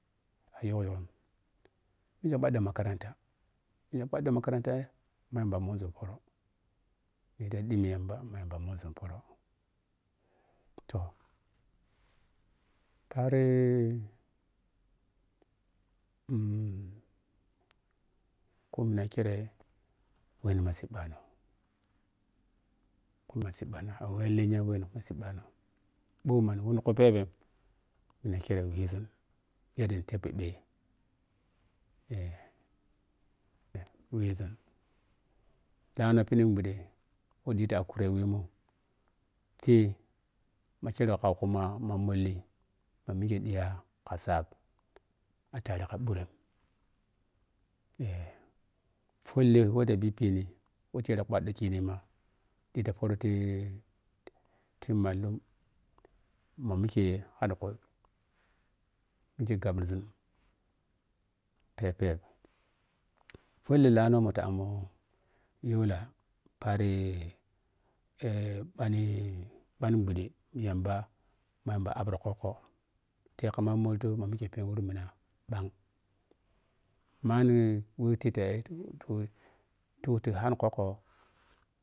A yok yok mike phaɗo makaranta miya phaɗi makaranta ma yamba munzun pooro nita ɗimmi yamba ma yamba munzun poor otoh paari um kumina kireiwe nni ma siiɓa no kuma siiɓano a wa lenya wizun yadda nit epi phe eh wizun laano phidin ɓhude wo di ta akure wimun ti ma kire kau ku ma ma mollni ma mike diya ka saap a tare ka ɓhure eh folle we ta pniphini we tere phaɗo kinima ɗita fori ti ti mallum ma mike hadi kui mike gapizun phep phep folle laano mota ammo yola paari eh bhalli phani bhude yamba ma yamba app rokwukko te kama moll to ma mike phen khuru mina buang mani we tit e tu tu tu han khukko.